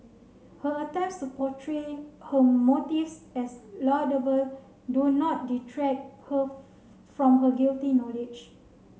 her attempts to portray her motives as laudable do not detract her from her guilty knowledge